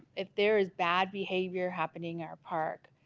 if there is bad behavior happening our park,